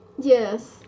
Yes